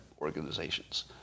organizations